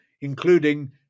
including